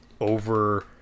over